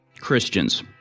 Christians